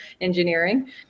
engineering